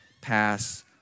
pass